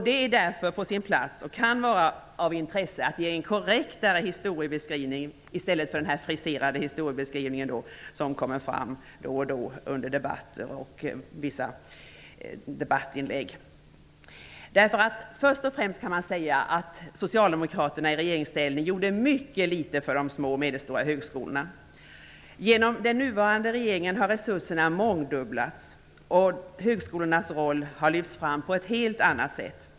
Det är därför på sin plats och kan vara av intresse att ge en mera korrekt historieskrivning, i stället för den friserade beskrivning som kommer fram under debatten. Först och främst kan man säga att Socialdemokraterna i regeringsställning gjorde mycket litet för de små och medelstora högskolorna. Genom den nuvarande regeringens agerande har resurserna mångdubblats. Högskolornas roll har lyfts fram på ett helt annat sätt.